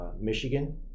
Michigan